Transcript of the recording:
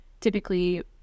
typically